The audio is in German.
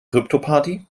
kryptoparty